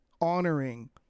honoring